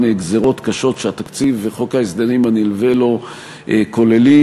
גזירות קשות שהתקציב וחוק ההסדרים הנלווה לו כוללים,